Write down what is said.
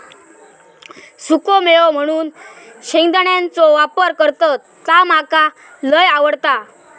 सुखो मेवो म्हणून शेंगदाण्याचो वापर करतत ता मका लय आवडता